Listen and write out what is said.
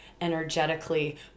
energetically